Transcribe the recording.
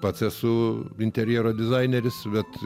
pats esu interjero dizaineris bet